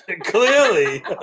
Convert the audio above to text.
Clearly